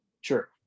Sure